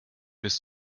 bis